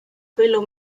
quello